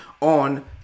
on